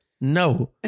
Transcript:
No